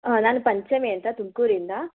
ಹಾಂ ನಾನು ಪಂಚಮಿ ಅಂತ ತುಮ್ಕೂರು ಇಂದ